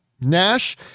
nash